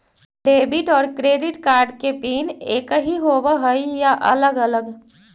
Debit और credit card के PIN एकही होव हइ या अलग अलग?